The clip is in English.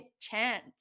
chance